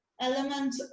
element